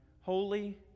holy